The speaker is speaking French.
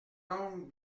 donc